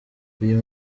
uyu